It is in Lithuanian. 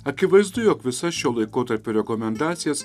akivaizdu jog visas šio laikotarpio rekomendacijas